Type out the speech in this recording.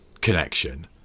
connection